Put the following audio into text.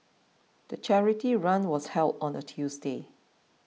the charity run was held on a Tuesday